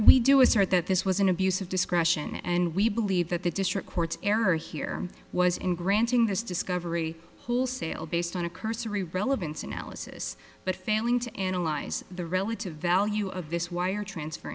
we do assert that this was an abuse of discretion and we believe that the district court's error here was in granting this discovery wholesale based on a cursory relevance analysis but failing to analyze the relative value of this wire transfer